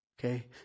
Okay